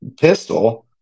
pistol